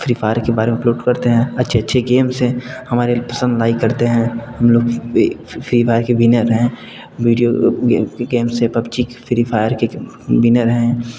free Fire के बारे में अपलोड करते हैं अच्छे अच्छे गेम्स हैं हमारे पसंद लाई करते हैं हम लोग फ्री फायर के बिना रह वीडियो गेम से पब्जी फ्री फायर के बिना रह